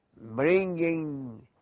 bringing